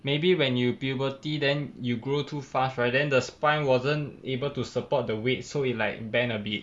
maybe when you puberty then you grow too fast right then the spine wasn't able to support the weight so it like bend a bit